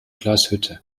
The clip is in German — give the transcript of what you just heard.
glashütte